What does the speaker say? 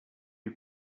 you